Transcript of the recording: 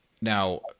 Now